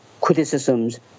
criticisms